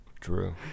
true